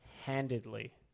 Handedly